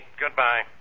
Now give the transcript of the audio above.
Goodbye